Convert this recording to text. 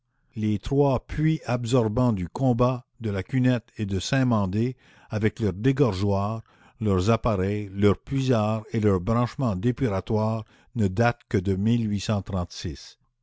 les trois puits absorbants du combat de la cunette et de saint-mandé avec leurs dégorgeoirs leurs appareils leurs puisards et leurs branchements dépuratoires ne datent que de